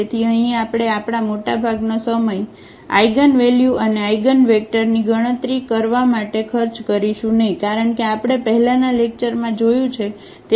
તેથી અહીં આપણે આપણા મોટાભાગનો સમય આઇગનવલ્યુ અને આઇગનવેક્ટરની ગણતરી કરવા માટે ખર્ચ કરીશું નહીં કારણ કે આપણે પહેલાના લેક્ચરમાં જોયું છે